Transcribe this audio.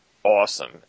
Awesome